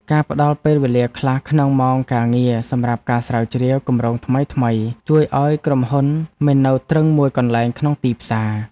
ការផ្ដល់ពេលវេលាខ្លះក្នុងម៉ោងការងារសម្រាប់ការស្រាវជ្រាវគម្រោងថ្មីៗ ជួយឱ្យក្រុមហ៊ុនមិននៅទ្រឹងមួយកន្លែងក្នុងទីផ្សារ។